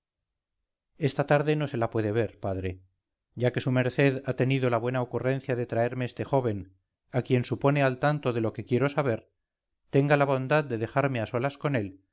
esta tarde no se la puede ver padre ya que su merced ha tenido la buena ocurrencia de traerme este joven a quien supone al tanto de lo que quiero saber tenga la bondad de dejarme a solas con él